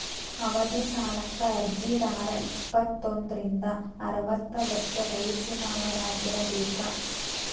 ಅವಧಿ ಸಾಲಕ್ಕ ಅರ್ಜಿದಾರ ಇಪ್ಪತ್ತೋಂದ್ರಿಂದ ಅರವತ್ತ ವರ್ಷ ವಯಸ್ಸಿನವರಾಗಿರಬೇಕ